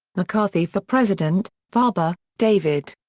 mccarthy for president farber, david.